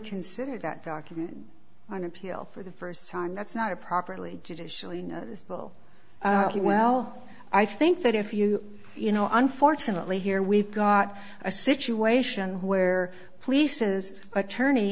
consider that document on appeal for the first time that's not a properly judicially this will be well i think that if you you know unfortunately here we've got a situation where police is attorney